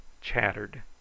chattered